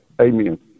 Amen